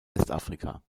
westafrika